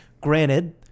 granted